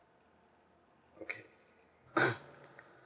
okay